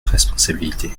responsabilité